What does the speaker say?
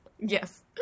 Yes